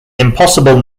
impossible